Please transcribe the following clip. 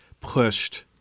pushed